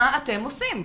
מה אתם עושים?